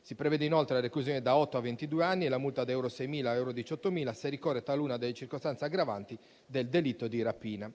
Si prevedono inoltre la reclusione da otto a ventidue anni e la multa da euro 6.000 a euro 18.000 se ricorre taluna delle circostanze aggravanti del delitto di rapina.